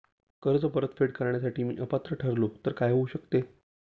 कर्ज परतफेड करण्यास मी अपात्र ठरलो तर काय होऊ शकते?